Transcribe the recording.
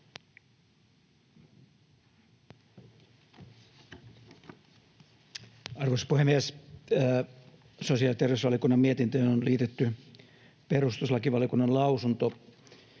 Arvoisa puhemies! Sosiaali- ja terveysvaliokunnan mietintöön on liitetty perustuslakivaliokunnan lausunto,